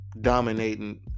Dominating